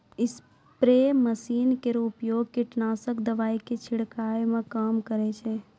spray machine केरो प्रयोग कीटनाशक दवाई क छिड़कावै म काम करै छै